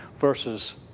versus